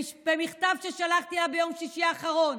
במכתב ששלחתי לה ביום שישי האחרון,